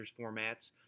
formats